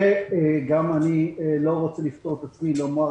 ואני גם לא רוצה לפטור את עצמי מלומר